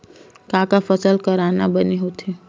का का फसल करना बने होथे?